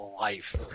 life